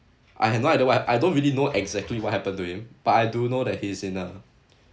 I have no idea why I don't really know exactly what happened to him but I do know that he's in a